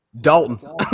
Dalton